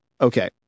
Okay